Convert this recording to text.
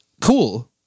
Cool